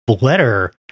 letter